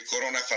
corona